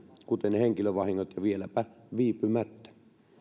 kuten henkilövahingot ja vieläpä viipymättä